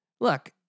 Look